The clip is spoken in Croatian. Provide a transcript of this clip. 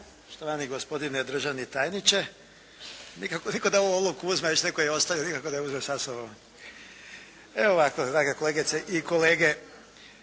poštovani gospodine državni tajniče. Nitko da ovu olovku već uzme, netko ju je ostavio, nikako da ju uzme sa sobom. Evo ovako, drage kolegice i kolege!